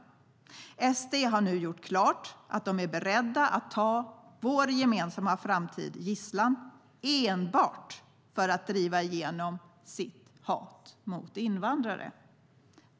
SD har nu gjort klart att de är beredda att ta vår gemensamma framtid som gisslan enbart för att driva igenom sitt hat mot invandrare.